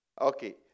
Okay